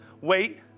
Wait